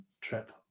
trip